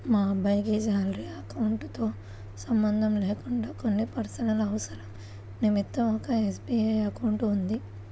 మా అబ్బాయికి salary account తో సంబంధం లేకుండా కొన్ని పర్సనల్ అవసరాల నిమిత్తం ఒక ఎస్.బీ.ఐ అకౌంట్ ఉంది